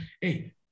hey